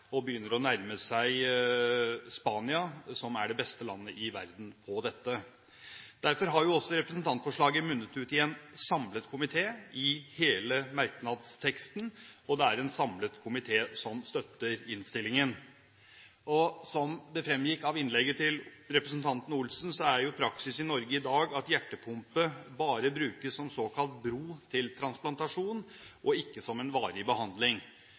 og begynner å nærme seg Spania, som er det beste landet i verden når det gjelder dette. Derfor har også representantforslaget munnet ut i en samlet komité i hele merknadsteksten, og det er en samlet komité som støtter innstillingen. Som det fremgikk av innlegget til representanten Olsen, er praksis i Norge i dag at hjertepumpe bare brukes som såkalt bro til transplantasjon og ikke som en varig behandling.